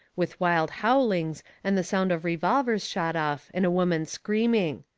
with wild howlings and the sound of revolvers shot off and a woman screaming.